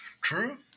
True